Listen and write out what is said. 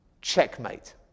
Checkmate